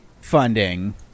funding